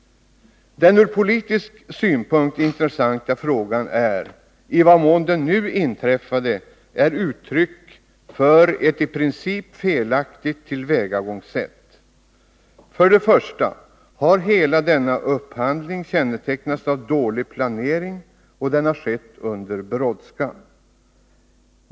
Den ur politisk synpunkt intressanta frågan är i vad mån det nu inträffade är uttryck för ett i princip felaktigt tillvägagångssätt. Först och främst har hela denna upphandling kännetecknats av dålig planering, och den har skett under brådska.